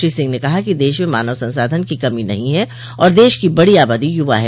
श्री सिंह ने कहा कि देश म मानव संसाधन की कमी नहीं है और देश की बड़ी आबादी यूवा है